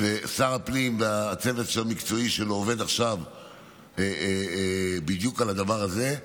שר הפנים והצוות המקצועי שלו עובדים עכשיו בדיוק על הדבר הזה.